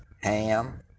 Ham